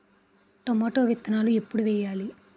Tomato విత్తనాలు ఎప్పుడు వెయ్యాలి?